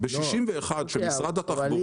בשנת 1961 כשמשרד התחבורה --- אבל אם